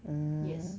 mm